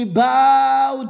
bow